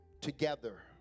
together